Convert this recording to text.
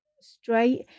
straight